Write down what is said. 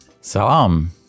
Salam